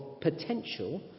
potential